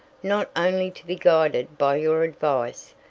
not only to be guided by your advice,